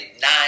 nine